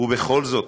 ובכל זאת,